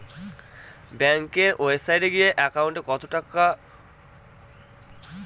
ব্যাঙ্কের ওয়েবসাইটে গিয়ে একাউন্ট কতটা এগোলো সেটা দেখা যাবে